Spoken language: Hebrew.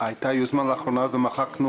הייתה לאחרונה יוזמה ומחקנו